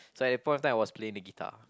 so at that point of time I was playing the guitar